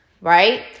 right